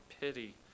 pity